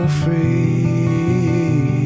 free